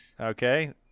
Okay